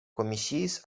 komisiis